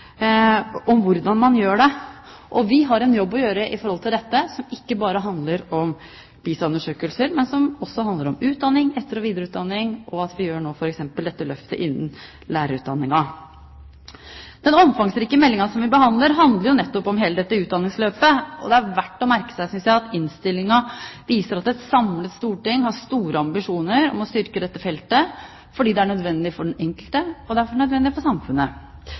om hvordan man gjør det. Vi har en jobb å gjøre i forhold til dette som ikke bare handler om PISA-undersøkelser, men som også handler om utdanning, etter- og videreutdanning, og at vi nå f.eks. gjør dette løftet innen lærerutdanningen. Den omfangsrike meldingen som vi behandler, handler jo nettopp om dette utdanningsløpet. Det er verdt å merke seg, synes jeg, at innstillingen viser at et samlet storting har store ambisjoner om å styrke dette feltet, fordi det er nødvendig for den enkelte, og fordi det er nødvendig for samfunnet.